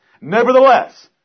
Nevertheless